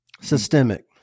Systemic